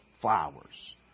flowers